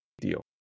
deal